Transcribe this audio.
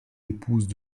épouses